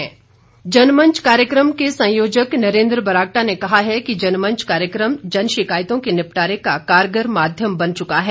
जनमंच बैठक जनमंच कार्यक्रम के संयोजक नरेन्द्र बरागटा ने कहा है कि जनमंच कार्यक्रम जन शिकायतों के निपटारे का कारगर माध्यम बन चुका है